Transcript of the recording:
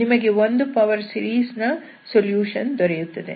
ನಿಮಗೆ ಒಂದು power series ನ ಸೊಲ್ಯೂಷನ್ ದೊರೆಯುತ್ತದೆ